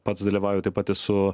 pats dalyvauju taip pat esu